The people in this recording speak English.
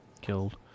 killed